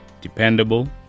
Dependable